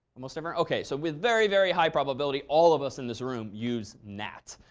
almost everyone? ok. so with very, very high probability, all of us in this room use nat.